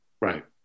Right